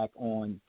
on